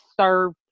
serve